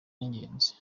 n’ingenzi